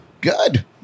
Good